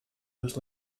was